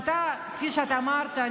וכפי שאתה אמרת,